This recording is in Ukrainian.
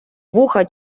вуха